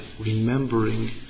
remembering